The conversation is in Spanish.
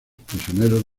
prisioneros